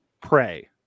pray